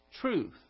truth